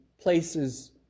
places